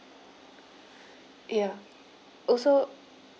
ya also